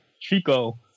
Chico